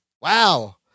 Wow